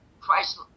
Christ